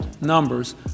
numbers